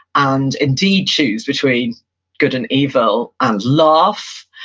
and indeed choose between good and evil, and laugh,